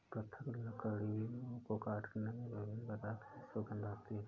पृथक लकड़ियों को काटने से विभिन्न प्रकार की सुगंध आती है